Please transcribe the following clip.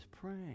praying